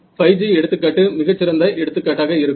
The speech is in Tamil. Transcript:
5G எடுத்துக்காட்டு மிகச்சிறந்த எடுத்துக்காட்டாக இருக்கும்